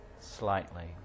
slightly